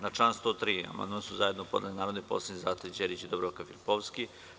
Na član 103. amandman su zajedno podnele narodne poslanice Zlata Đerić i Dubravka Filipovski.